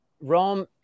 Rome